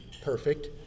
perfect